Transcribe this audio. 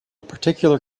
particular